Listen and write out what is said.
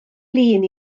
lun